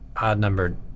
odd-numbered